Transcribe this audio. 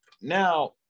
now